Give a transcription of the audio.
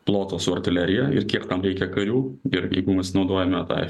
plotą su artilerija ir kiek tam reikia karių ir jeigu mes naudojame tą